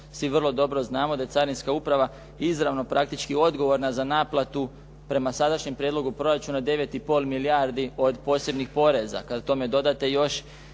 Svi vrlo dobro znamo da je carinska uprava izravno praktički odgovorna za naplatu prema sadašnjem prijedlogu proračuna 9,5 milijardi od posebnih poreza.